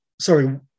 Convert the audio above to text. sorry